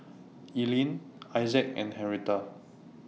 Elian Issac and Henretta